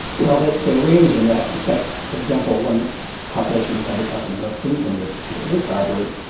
well, they they range in that. in fact, for example, one population we had up in north queensland, the the great bower bird,